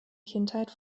kindheit